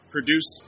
produce